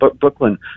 Brooklyn